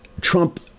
Trump